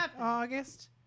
august